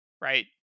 right